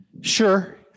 Sure